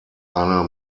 eine